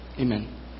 amen